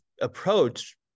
approach